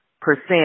percent